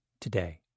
today